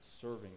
serving